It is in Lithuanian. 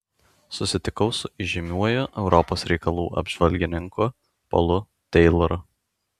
susitikau su įžymiuoju europos reikalų apžvalgininku polu teiloru